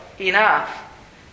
enough